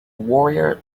warrior